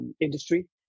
industry